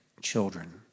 children